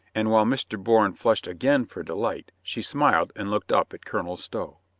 and while mr. bourne flushed again for delight she smiled and looked up at colonel stow.